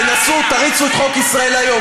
תנסו, תריצו את חוק "ישראל היום".